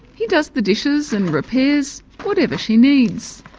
he does the dishes and repairs, whatever she needs.